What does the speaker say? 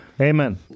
amen